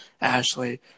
Ashley